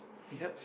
yup